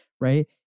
right